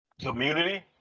community